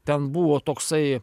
ten buvo toksai